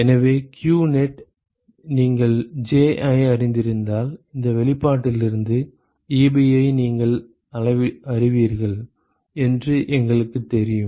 எனவே qnet நீங்கள் Ji அறிந்திருந்தால் இந்த வெளிப்பாட்டிலிருந்து Ebi நீங்கள் அறிவீர்கள் என்று எங்களுக்குத் தெரியும்